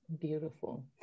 Beautiful